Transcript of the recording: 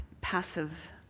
passive